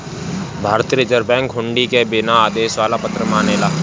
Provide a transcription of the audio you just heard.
भारतीय Reserve Bank हुंडी के बिना आदेश वाला पत्र मानेला